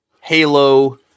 halo